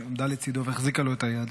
שעמדה לצידו והחזיקה לו את היד.